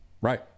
right